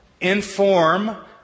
inform